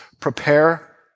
prepare